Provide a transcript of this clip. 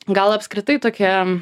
gal apskritai tokia